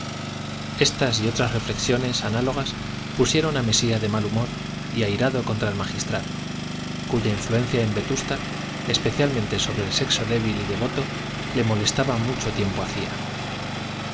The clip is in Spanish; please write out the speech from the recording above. estas y otras reflexiones análogas pusieron a mesía de mal humor y airado contra el magistral cuya influencia en vetusta especialmente sobre el sexo débil y devoto le molestaba mucho tiempo hacía